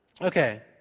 Okay